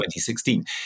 2016